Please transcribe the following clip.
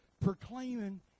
proclaiming